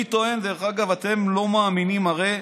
אני טוען, דרך אגב, אתם לא מאמינים, הרי.